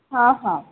ହଁ ହଁ